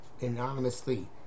anonymously